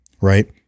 right